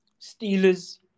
Steelers